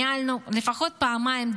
ניהלנו דיונים בנושא לפחות פעמיים.